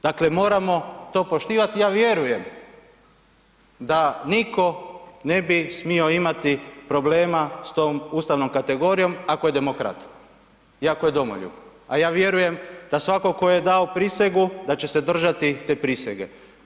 Dakle, moramo to poštivati i ja vjerujem da nitko ne bi smio imati problema s tom ustavnom kategorijom ako je demokrat i ako je domoljub, a ja vjerujem da svatko tko je dao prisegu da će se držati te prisege.